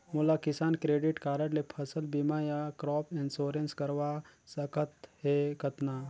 मोला किसान credit card ले फसल बीमा या क्रॉप इंश्योरेंस करवा सकथ हे कतना?